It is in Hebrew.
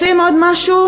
רוצים עוד משהו?